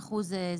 לגבי ה-50 אחוזים,